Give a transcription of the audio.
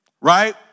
right